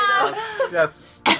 Yes